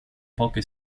poche